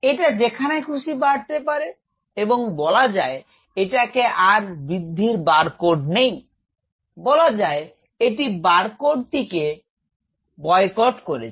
এটা যেখানে খুশি বাড়তে পারে এবং বলা যায় এটাতে আর বৃদ্ধির বারকোড নেই বলা যায় এটি বারকোডটিকে বরজন করেছে